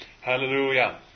Hallelujah